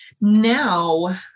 Now